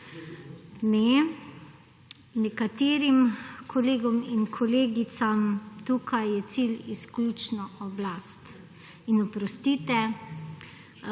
Ne nekaterim kolegom in kolegicam tukaj je cilj izključno oblast in oprostite